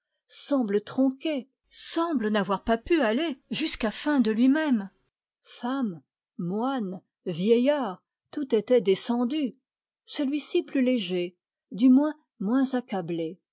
semble tronqué semble n'avoir pas pu aller jusqu'à fin de lui-même femmes moine vieillards tout était descendu celui-ci plus léger du moins moins accablé